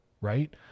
right